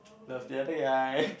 love you I think I